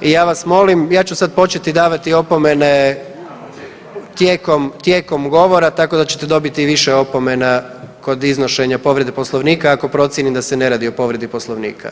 i ja vas molim, ja ću sad početi davati opomene tijekom, tijekom govora, tako da ćete dobiti više opomena kod iznošenja povrede Poslovnika ako procijenim da se ne radi o povredi Poslovnika.